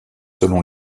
selon